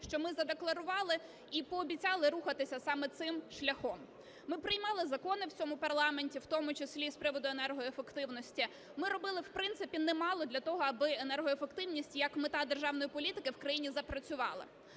що ми задекларували і пообіцяли рухатися саме цим шляхом. Ми приймали закони в цьому парламенті, в тому числі і з приводу енергоефективності. Ми робили в принципі немало для того, аби енергоефективність як мета державної політики в країні запрацювала.